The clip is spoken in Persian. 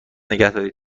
نگهدارید